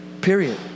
period